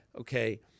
okay